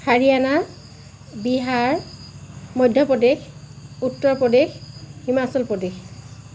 Haryana Bihar Madhya Pradesh Uttar Pradesh Himachal Pradesh